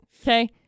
okay